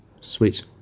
sweets